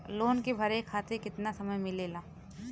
Loan के भरे खातिर कितना समय मिलेला?